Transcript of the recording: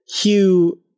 Hugh